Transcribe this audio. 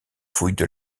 fouilles